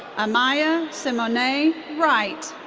amaya symone' wright.